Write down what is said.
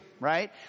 right